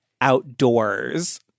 outdoors